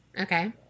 Okay